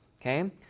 Okay